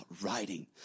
writing